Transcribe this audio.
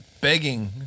begging